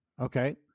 Okay